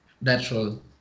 natural